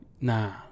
Nah